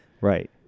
Right